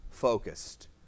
focused